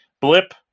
blip